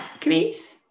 Chris